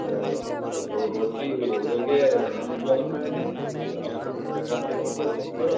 ও তো বলছি ওদেরকে জিজ্ঞাস করে নে রাতের মধ্যে ফোন করে